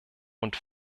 und